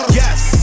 yes